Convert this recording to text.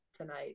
tonight